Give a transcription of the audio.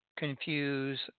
confuse